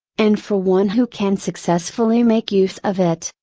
and for one who can successfully make use of it,